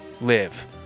live